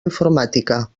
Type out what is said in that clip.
informàtica